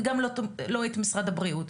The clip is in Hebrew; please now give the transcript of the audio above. וגם לא את משרד הבריאות.